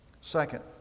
Second